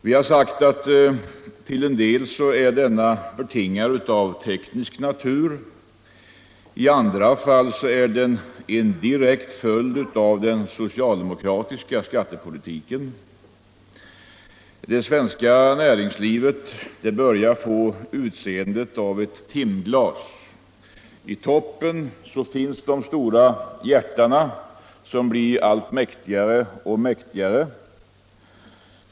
Vi har sagt att i en del fall är koncentrationen av teknisk natur, i andra fall är den en direkt följd av den socialdemokratiska skattepolitiken. Det svenska näringslivet börjar få utseendet av ett timglas. I toppen finns de stora jättarna som blir allt mäktigare.